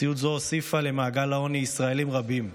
מציאות זאת הוסיפה למעגל העוני ישראלים רבים,